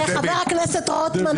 חברת הכנסת רוטמן,